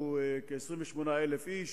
הוא כ-28,000 איש,